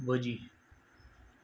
भजी